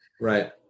Right